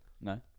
no